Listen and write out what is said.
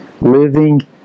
Living